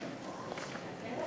הקרן?